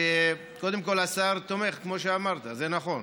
שקודם כול השר תומך, כמו שאמרת, זה נכון.